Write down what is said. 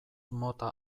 mota